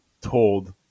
told